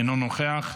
אינו נוכח.